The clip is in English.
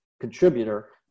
contributor